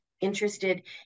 interested